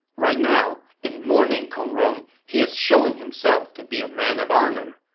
right now, in mourning kong rong, he is showing himself to be a man of honor.